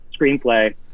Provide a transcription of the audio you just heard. screenplay